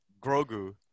Grogu